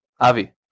Avi